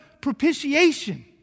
propitiation